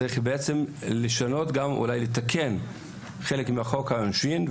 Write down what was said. צריך לשנות, אולי לתקן, חלק מחוק העונשין.